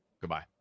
Goodbye